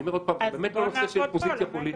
אני אומר עוד פעם: זה באמת לא נושא של אופוזיציה פוליטית.